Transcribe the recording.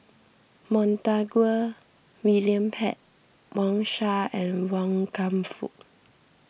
Montague William Pett Wang Sha and Wan Kam Fook